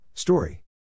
Story